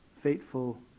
fateful